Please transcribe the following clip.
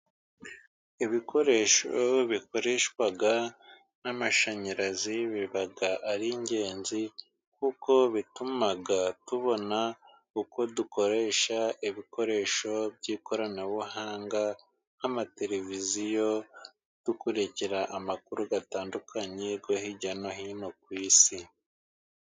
Ibikoresho bikoreshwa n'amashanyarazi biba ari ingenzi, kuko bituma tubona uko dukoresha ibikoresho by'ikoranabuhanga, nk'amatereviziyo dukurikira amakuru atandukanye, yo hirya no hino ku isi.